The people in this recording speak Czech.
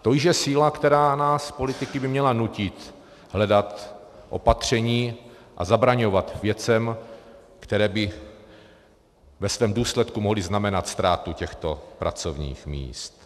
To je již síla, která by nás, politiky, měla nutit hledat opatření a zabraňovat věcem, které by ve svém důsledku mohly znamenat ztrátu těchto pracovních míst.